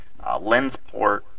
Lensport